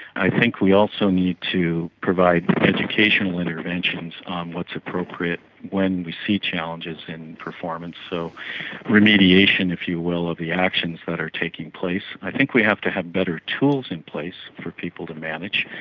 i think we also need to provide educational interventions on what's appropriate when we see challenges in performance. so remediation, if you will, of the actions that are taking place. i think we have to have better tools in place for people to manage.